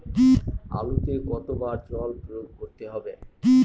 আলুতে কতো বার জল প্রয়োগ করতে হবে?